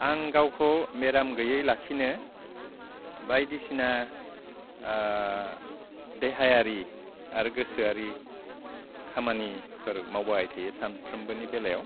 आं गावखौ मेराम गैयै लाखिनो बायदिसिना देहायारि आरो गोसोआरि खामानिफोर मावबाय थायो सानफ्रोमबोनि बेलायाव